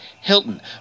Hilton